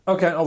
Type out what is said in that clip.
Okay